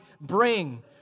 bring